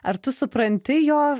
ar tu supranti jo